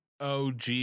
OG